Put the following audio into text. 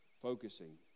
focusing